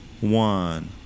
one